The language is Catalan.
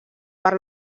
per